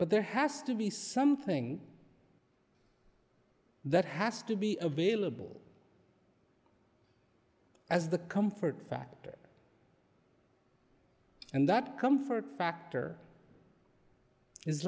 but there has to be something that has to be available as the comfort factor and that comfort factor is